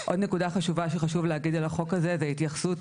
עוד נקודה חשובה שחשוב להגיד על החוק הזה זה ההתייחסות